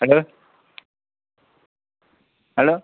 hello hello